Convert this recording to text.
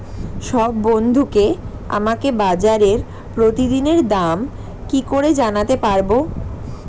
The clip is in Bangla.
সব বন্ধুকে আমাকে বাজারের প্রতিদিনের দাম কি করে জানাতে পারবো?